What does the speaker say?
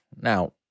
now